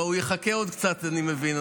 הוא יחכה עוד קצת, אני מבין.